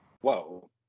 Whoa